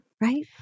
right